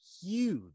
huge